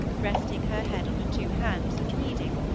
resting her head on her two hands and reading,